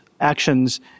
actions